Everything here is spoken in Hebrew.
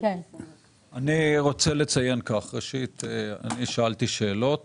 אני רוצה לציין כך: אני שאלתי שאלות